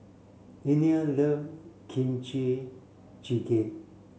Inell love Kimchi Jjigae